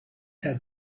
had